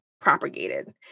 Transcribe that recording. propagated